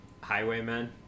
Highwaymen